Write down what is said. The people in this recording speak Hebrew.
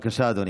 בבקשה, אדוני.